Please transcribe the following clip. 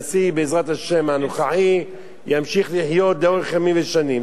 הנשיא הנוכחי ימשיך בעזרת השם לחיות לאורך ימים ושנים.